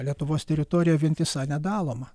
lietuvos teritorija vientisa nedaloma